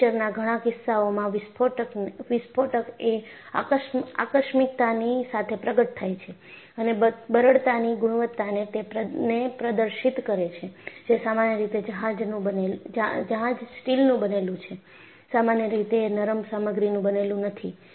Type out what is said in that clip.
ફ્રેકચરના ઘણા કિસ્સાઓમાં વિસ્ફોટકએ આકસ્મિકતાની સાથે પ્રગટ થાય છે અને બરડતાની ગુણવત્તા ને પ્રદર્શિત કરે છે જે સામાન્ય રીતે જહાજ સ્ટીલનું બનેલું છે સામાન્ય રીતે નરમ સામગ્રીનું બનેલું નથી